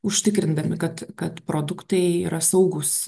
užtikrindami kad kad produktai yra saugūs